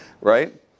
right